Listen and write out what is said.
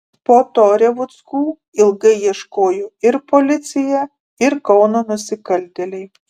po to revuckų ilgai ieškojo ir policija ir kauno nusikaltėliai